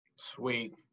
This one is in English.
Sweet